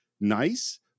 nice